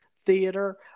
Theater